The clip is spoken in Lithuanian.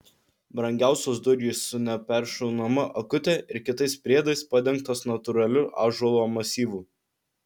brangiausios durys su neperšaunama akute ir kitais priedais padengtos natūraliu ąžuolo masyvu